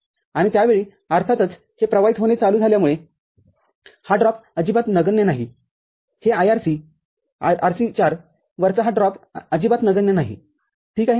आणि त्या वेळी अर्थातचहे प्रवाहित होणे चालू झाल्यामुळे हा ड्रॉप अजिबात नगण्य नाही हे IRc Rc४ वरचा हा ड्रॉप अजिबात नगण्य नाही ठीक आहे